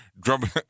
drum